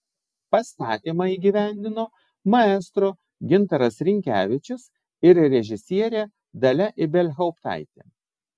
pastatymą įgyvendino maestro gintaras rinkevičius ir režisierė dalia ibelhauptaitė